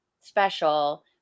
special